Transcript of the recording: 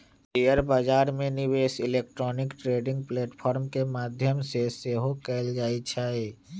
share बजार में निवेश इलेक्ट्रॉनिक ट्रेडिंग प्लेटफॉर्म के माध्यम से सेहो कएल जाइ छइ